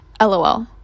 lol